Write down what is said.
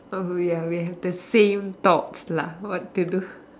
oh ya we have the same thoughts lah what to do